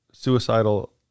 Suicidal